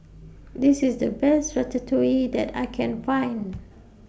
This IS The Best Ratatouille that I Can Find